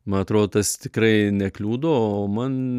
man atrodo tas tikrai nekliudo o man